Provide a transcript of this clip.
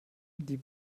die